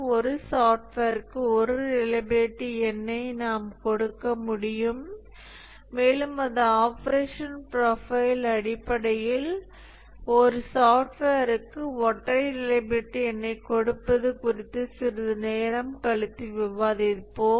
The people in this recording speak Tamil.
ஒரு சாஃப்ட்வேருக்கு ஒரு ரிலையபிலிடி எண்ணை நாம் கொடுக்க முடியும் மேலும் அதன் ஆபரேஷனல் ப்ரொஃபைல் அடிப்படையில் ஒரு சாஃப்ட்வேருக்கு ஒற்றை ரிலையபிலிட்டி எண்ணைக் கொடுப்பது குறித்து சிறிது நேரம் கழித்து விவாதிப்போம்